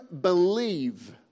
believe